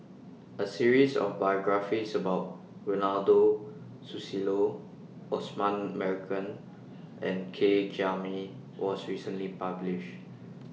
A series of biographies about Ronald Susilo Osman Merican and K Jayamani was recently published